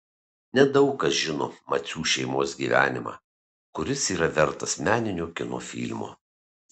nedaug kas žino macių šeimos gyvenimą kuris yra vertas meninio kino filmo